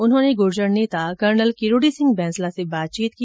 उन्होंने गुर्जर नेता कर्नल किरोड़ी सिंह बैंसला से बातर्चीत की